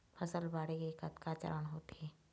फसल बाढ़े के कतका चरण होथे?